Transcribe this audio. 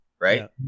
right